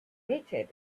waited